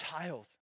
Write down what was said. child